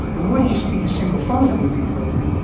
it wouldn't just be the single phone that would be broken,